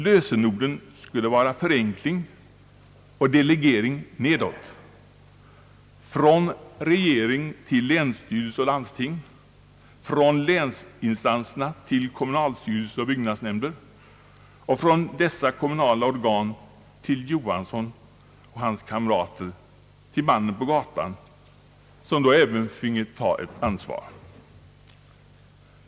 Lösenorden skulle vara förenkling och delegering nedåt, från regering till länsstyrelse och landsting, från länsinstanser till kommunstyrelser och byggnadsnämnder; och från dessa kommunala organ till Johansson och hans kamrater — till mannen på gatan, som då även finge ta ett ansvar.